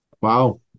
Wow